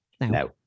No